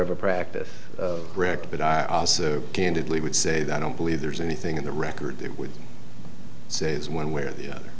of a practice record but i also candidly would say that i don't believe there's anything in the record that would say one way or the other